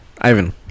Ivan